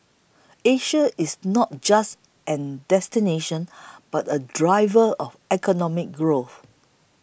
Asia is not just a destination but a driver of economic growth